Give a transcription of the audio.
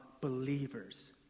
believers